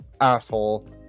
asshole